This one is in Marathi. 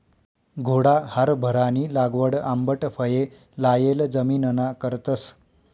घोडा हारभरानी लागवड आंबट फये लायेल जमिनना करतस